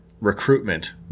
recruitment